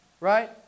right